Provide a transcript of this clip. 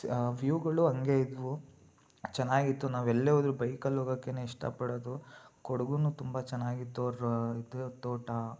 ಆ ವ್ಯೂವ್ಗಳು ಹಂಗೆ ಇದ್ವು ಚೆನ್ನಾಗಿತ್ತು ನಾವೆಲ್ಲೇ ಹೋದ್ರೂ ಬೈಕಲ್ಲಿ ಹೋಗೋಕ್ಕೇ ಇಷ್ಟಪಡೋದು ಕೊಡಗೂ ತುಂಬ ಚೆನ್ನಾಗಿತ್ತು ಅವರ ಇದು ತೋಟ